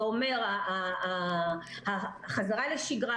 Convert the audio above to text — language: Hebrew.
זה אומר חזרה לשגרה,